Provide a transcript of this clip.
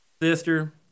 sister